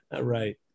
right